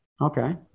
Okay